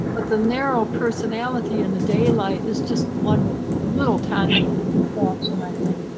but the narrow personality in the daylight is just one little tiny forks when i think.